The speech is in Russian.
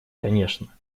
конечно